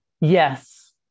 Yes